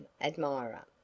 admirer